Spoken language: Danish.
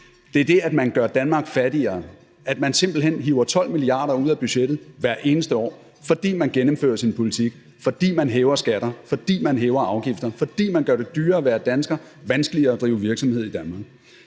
Det er det, at man gør Danmark fattigere: at man simpelt hen hiver 12 mia. kr. ud af budgettet hvert eneste år, fordi man gennemfører sin politik; fordi man hæver skatter; fordi man hæver afgifter; fordi man gør det dyrere at være dansker og vanskeligere at drive virksomhed i Danmark.